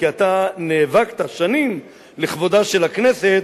כי אתה נאבקת שנים למען כבודה של הכנסת